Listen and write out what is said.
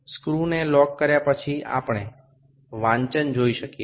screw আঁটকে দেওয়ার পরে আমরা পাঠটি দেখতে পাচ্ছি